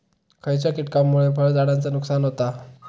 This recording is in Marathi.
खयच्या किटकांमुळे फळझाडांचा नुकसान होता?